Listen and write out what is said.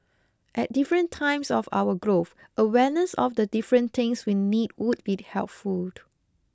at different times of our growth awareness of the different things we need would be helpful